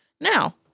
Now